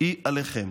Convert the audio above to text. היא עליכם.